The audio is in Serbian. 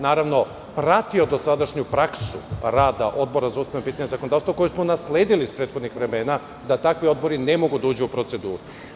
Naravno, pratio sam dosadašnju praksu rada Odbora za ustavna pitanja i zakonodavstvo koju smo nasledili iz prethodnih vremena da takvi amandmani ne mogu da uđu u proceduru.